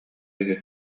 үһү